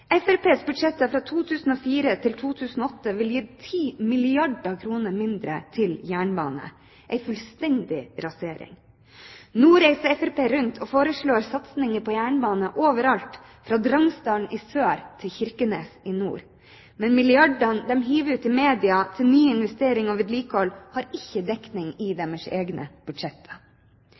budsjetter fra 2004 til 2008 ville ha gitt 10 milliarder kr mindre til jernbane – en fullstendig rasering. Nå reiser Fremskrittspartiet rundt og foreslår satsinger på jernbane overalt, fra Drangsdalen i sør til Kirkenes i nord. Men milliardene de hiver ut til media til nye investeringer og vedlikehold, har ikke dekning i deres egne budsjetter.